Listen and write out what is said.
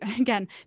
again